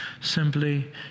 Simply